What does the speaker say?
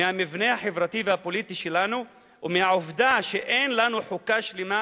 מהמבנה החברתי והפוליטי שלנו ומהעובדה שאין לנו חוקה שלמה,